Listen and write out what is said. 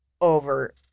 over